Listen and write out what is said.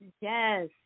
Yes